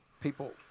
people